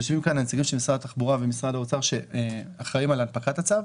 יושבים כאן נציגי משרד התחבורה ומשרד האוצר שאחראים על הנפקת הצו.